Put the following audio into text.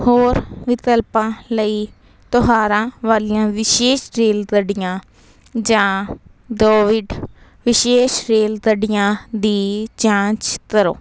ਹੋਰ ਵਿਕਲਪਾਂ ਲਈ ਤਿਉਹਾਰਾਂ ਵਾਲੀਆਂ ਵਿਸ਼ੇਸ਼ ਰੇਲ ਗੱਡੀਆਂ ਜਾਂ ਕੋਵਿਡ ਵਿਸ਼ੇਸ਼ ਰੇਲ ਗੱਡੀਆਂ ਦੀ ਜਾਂਚ ਕਰੋ